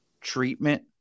treatment